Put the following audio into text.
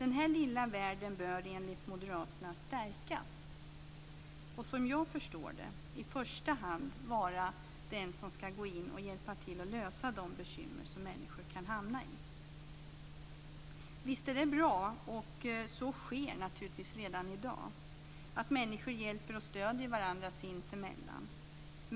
Den här lilla världen bör enligt moderaterna stärkas och, som jag förstår det, är det i första hand dessa personer som ska gå in och hjälpa till att reda ut de bekymmer som människor kan ha. Visst är det bra, och så sker naturligtvis redan i dag. Människor hjälper och stöder varandra sins emellan.